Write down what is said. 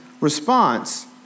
response